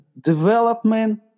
development